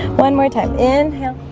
one more time inhale